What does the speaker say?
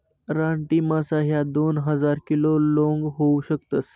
रानटी मासा ह्या दोन हजार किलो लोंग होऊ शकतस